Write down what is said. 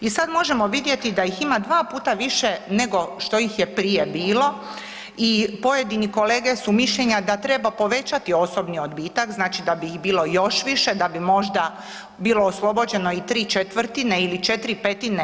I sada možemo vidjeti da ih ima 2 puta više, nego što ih je prije bilo i pojedini kolege su mišljenja da treba povećati osobni odbitak znači da bi ih bilo još više da bi možda bilo oslobođeno i ¾ ili 4/